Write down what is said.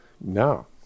No